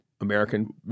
American